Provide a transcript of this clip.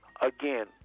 again